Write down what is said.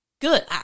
good